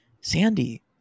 Sandy